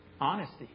Honesty